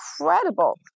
incredible